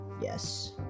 Yes